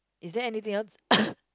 is there anything else